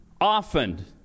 often